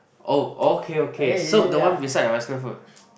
oh okay okay so the one beside your western food